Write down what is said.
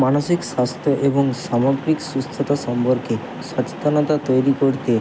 মানসিক স্বাস্থ্য এবং সামগ্রিক সুস্থতা সম্পর্কে সচেতনতা তৈরি করতে